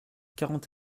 quarante